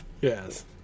Yes